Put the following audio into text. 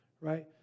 Right